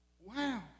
Wow